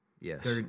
Yes